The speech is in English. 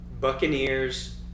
Buccaneers